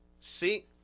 See